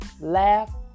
laugh